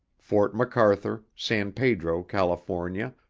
fort macarthur, san pedro, california,